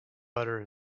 butter